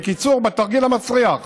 בקיצור, בתרגיל המסריח,